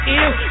ill